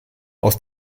aus